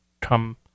come